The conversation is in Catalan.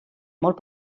molt